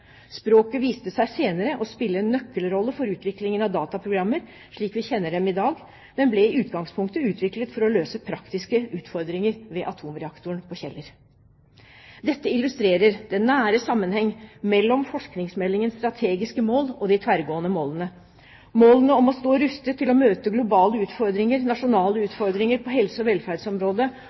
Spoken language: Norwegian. Språket viste seg senere å spille en nøkkelrolle for utviklingen av dataprogrammer slik vi kjenner dem i dag, men ble i utgangspunktet utviklet for å løse praktiske utfordringer ved atomreaktoren på Kjeller. Dette illustrerer den nære sammenheng mellom forskningsmeldingens strategiske mål og de tverrgående målene. Målene om å stå rustet til å møte globale utfordringer og nasjonale utfordringer på helse- og velferdsområdet